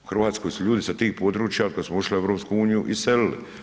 U Hrvatskoj su ljudi sa tih područja od kad smo ušli u EU iselili.